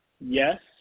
Yes